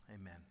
Amen